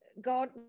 God